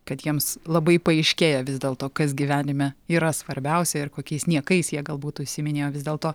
kad jiems labai paaiškėja vis dėl to kas gyvenime yra svarbiausia ir kokiais niekais jie galbūt užsiiminėjo vis dėlto